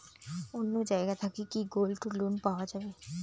অন্য জায়গা থাকি কি গোল্ড লোন পাওয়া যাবে?